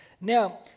Now